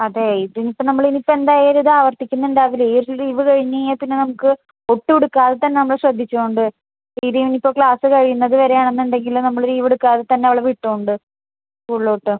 അതെ ഇതിനിപ്പം നമ്മളിനിയിപ്പം എന്തായാലും ഇതാവർത്തിക്കുന്നുണ്ടാവില്ല ഈയൊരു ലീവ് കഴിഞ്ഞ് കഴിഞ്ഞാൽ പിന്നെ നമുക്ക് ഒട്ടും എടുക്കാതെ തന്നെ നമ്മൾ ശ്രദ്ധിച്ചോണ്ട് ഇത് ഇനിയിപ്പോൾ ക്ലാസ് കഴിയുന്നത് വരെയാണെന്നുണ്ടെങ്കിൽ നമ്മൾ ലീവെടുക്കാതെ തന്നെ അവളെ വിട്ടോണ്ട് സ്കൂൾലോട്ട്